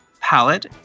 palette